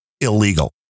illegal